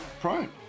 prime